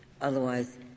Otherwise